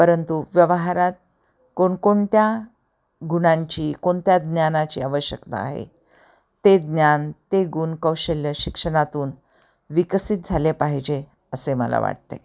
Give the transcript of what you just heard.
परंतु व्यवहारात कोणकोणत्या गुणांची कोणत्या ज्ञानाची आवश्यकता आहे ते ज्ञान ते गुण कौशल्य शिक्षणातून विकसित झाले पाहिजे असे मला वाटते